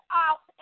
out